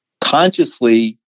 consciously